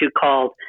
called